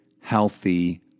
healthy